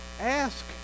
Ask